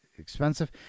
expensive